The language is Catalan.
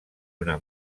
una